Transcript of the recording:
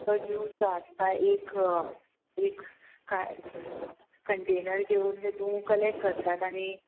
juice जो आसता एक एक कंटेनर घेवन तेतूं कलेक्ट करतात आनी